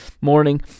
morning